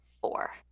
four